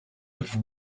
have